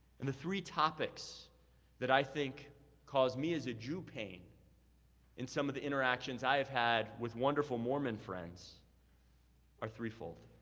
and the three topics that i think caused me as a jew pain in some of the interactions that i have had with wonderful mormon friends are threefold.